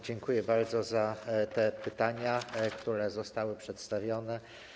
Dziękuję bardzo za te pytania, które zostały przedstawione.